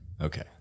okay